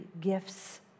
gifts